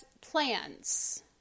plans